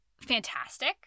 fantastic